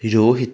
Rohit